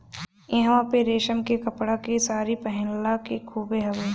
इहवां पे रेशम के कपड़ा के सारी पहिनला के खूबे हवे